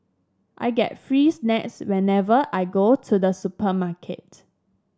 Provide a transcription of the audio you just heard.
I get free snacks whenever I go to the supermarket